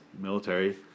military